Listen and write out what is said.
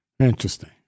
Interesting